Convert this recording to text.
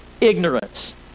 ignorance